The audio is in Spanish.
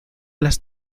las